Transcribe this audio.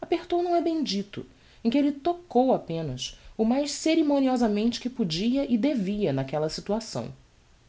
apertou não é bem dito em que elle tocou apenas o mais ceremoniosamente que podia e devia naquella situação